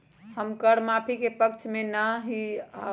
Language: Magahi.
हम कर माफी के पक्ष में ना ही याउ